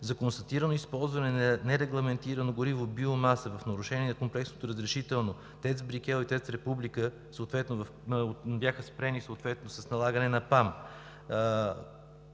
За констатирано използване на неразрешен вид гориво – биомаса, в нарушение на комплексните разрешителни на ТЕЦ „Брикел“ и ТЕЦ „Република“ – бяха спрени съответно с налагане на